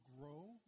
grow